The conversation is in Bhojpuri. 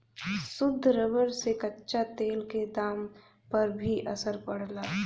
शुद्ध रबर से कच्चा तेल क दाम पर भी असर पड़ला